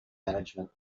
management